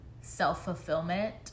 self-fulfillment